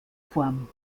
form